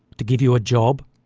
to give you a job?